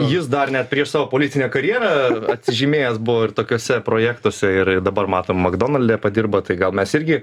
jis dar net prieš savo politinę karjerą atsižymėjęs buvo ir tokiuose projektuose ir dabar matom makdonalde padirbo tai gal mes irgi